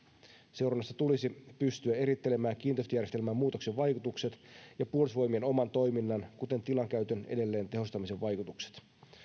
seurannassa tulisi pystyä erittelemään kiinteistöjärjestelmän muutoksen vaikutukset ja puolustusvoimien oman toiminnan kuten tilankäytön edelleentehostamisen vaikutukset